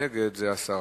נגד, זה הסרה.